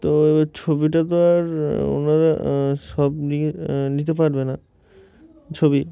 তো এবার ছবিটা তো আর ওনারা সব নিয়ে নিতে পারবে না ছবি